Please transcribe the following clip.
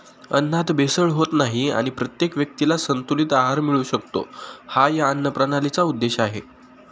अन्नात भेसळ होत नाही आणि प्रत्येक व्यक्तीला संतुलित आहार मिळू शकतो, हा या अन्नप्रणालीचा उद्देश आहे